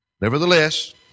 Nevertheless